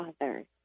others